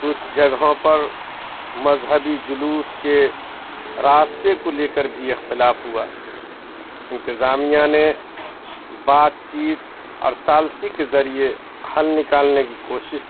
کچھ جگہوں پر مذہبی جلوس کے راستے کو لے کر بھی اختلاف ہوا انتظامیہ نے بات چیت اور ثالثی کے ذریعے حل نکالنے کی کوشش کی